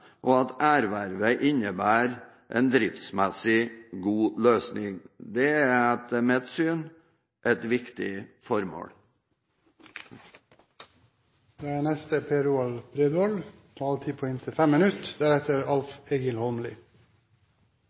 og at ervervet innebærer en driftsmessig god løsning. Det er etter mitt syn et viktig formål.